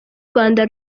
rwanda